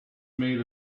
made